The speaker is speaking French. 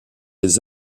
les